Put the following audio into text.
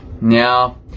Now